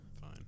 Fine